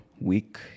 week